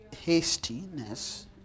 hastiness